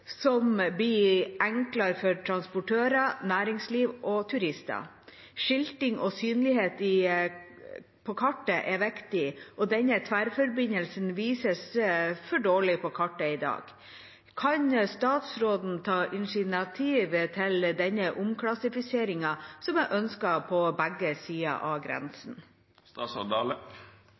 som blir enklere for transportører, næringsliv og turister. Skilting og synlighet på kartet er viktig, og denne tverrforbindelsen vises for dårlig på kart i dag. Kan statsråden ta initiativ til denne omklassifiseringen som er ønsket på begge sider av